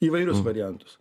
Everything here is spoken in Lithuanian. įvairius variantus